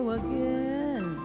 again